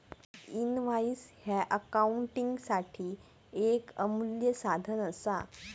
invoice ह्या अकाउंटिंगसाठी येक अमूल्य साधन असा